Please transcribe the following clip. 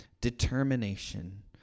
determination